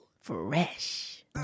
Fresh